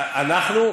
אנחנו?